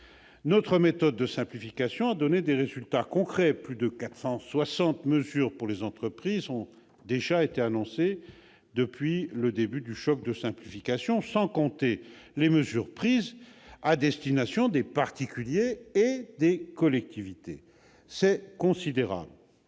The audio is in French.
Notre méthode de simplification a donné des résultats concrets : plus de 460 mesures pour les entreprises ont déjà été annoncées depuis le début du choc de simplification, outre les mesures prises à destination des particuliers et des collectivités. C'est considérable.